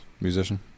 Musician